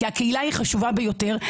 כי הקהילה חשובה ביותר,